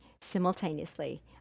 simultaneously